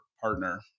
partner